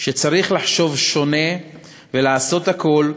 שצריך לחשוב שונה ולעשות הכול,